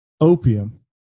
opium